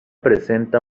presenta